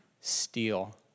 Steal